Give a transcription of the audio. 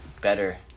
better